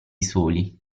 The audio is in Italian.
soli